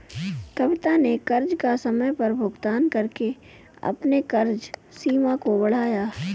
कविता ने कर्ज का समय पर भुगतान करके अपने कर्ज सीमा को बढ़ाया